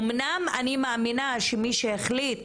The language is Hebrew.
אומנם אני מאמינה שמי שהחליט,